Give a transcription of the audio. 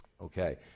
okay